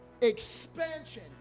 expansion